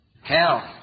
Hell